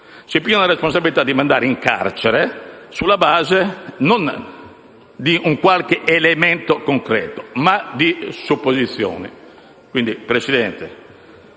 si assume la responsabilità di mandare in carcerare sulla base non di un qualche elemento concreto, ma di supposizioni.